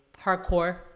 hardcore